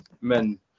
men